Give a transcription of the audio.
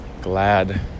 glad